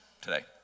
today